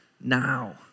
now